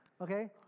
Okay